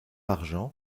argent